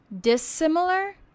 dissimilar